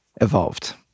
evolved